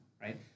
right